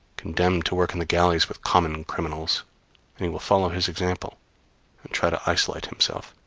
condemned to work in the galleys with common criminals and he will follow his example and try to isolate himself.